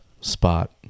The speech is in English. Spot